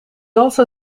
also